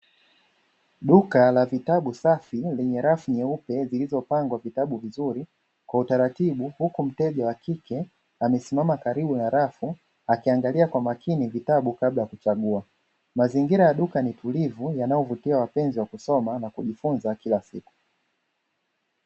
Duka la vitabu safi yenye rafu nyeupe zilizopangwa vitabu vizuri kwa utaratibu, huku mteja wa kike amesimama karibu ya rafu akiangalia kwa umakini vitabu kabla ya kuchagua. Mazingira ya duka ni tulivu yanayovutia wapenzi wa kusoma, na kujifunza kila siku.